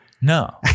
No